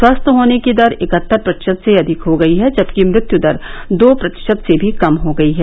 स्वस्थ होने की दर इकहत्तर प्रतिशत से अधिक हो गई है जबकि मृत्यु दर दो प्रतिशत से भी कम हो गई है